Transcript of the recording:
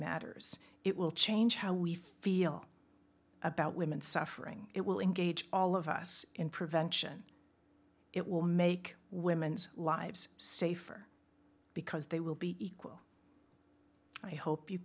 matters it will change how we feel about women suffering it will engage all of us in prevention it will make women's lives safer because they will be equal and i hope you